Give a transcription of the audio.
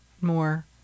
more